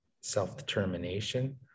self-determination